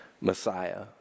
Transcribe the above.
Messiah